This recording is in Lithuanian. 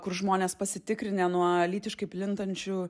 kur žmonės pasitikrinę nuo lytiškai plintančių